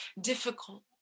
difficult